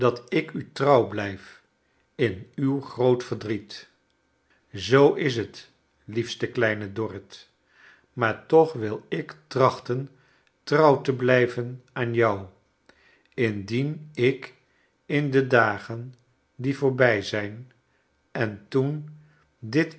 ik u trouw blijf in uw groot verdriet zoo is t liefste kleine dorrit maar toch wil ik trachten trouw te blijven aan jou indien ik in de dagen die voorbij zijn en toen dit